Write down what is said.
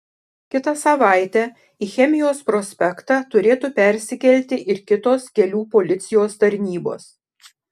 kitą savaitę į chemijos prospektą turėtų persikelti ir kitos kelių policijos tarnybos